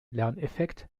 lerneffekt